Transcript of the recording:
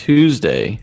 Tuesday